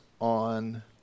on